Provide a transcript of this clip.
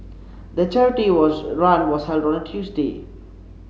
the charity was run was held on a Tuesday